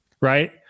right